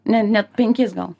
ne net penkiais gal